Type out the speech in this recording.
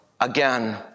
again